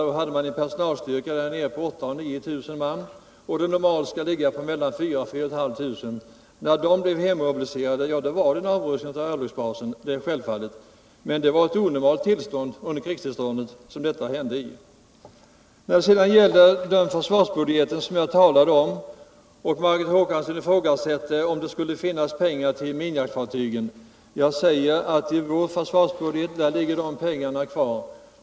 Man hade då en personalstyrka där nere på 8000-9 000 man, när denna normalt skall ligga på mellan 4 000 och 4 500. När dessa blev hemförlovade, var det självfallet en avrustning av örlogsbasen. Men det var ett onormalt förhållande under det krigstillstånd som rådde. När det gäller försvarsbudgeten ifrågasätter Margot Håkansson om det skulle finnas pengar till minjaktfartygen. Jag säger att i vår försvarsbudget ligger de pengarna kvar.